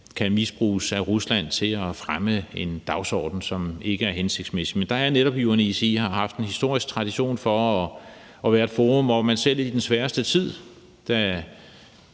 kan misbruges af Rusland til at fremme en dagsorden, som ikke er hensigtsmæssig. Og der er det netop også sådan, at UNECE har haft en historisk tradition for at være et forum, hvor man selv i den sværeste tid